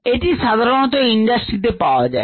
এটি সাধারণত ইন্ডাস্ট্রিতে পাওয়া যায়